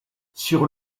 sur